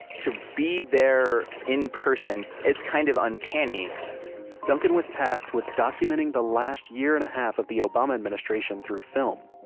to be there in person, it's kind of uncanny duncan was tasked with documenting the last year and a half of the obama administration through film.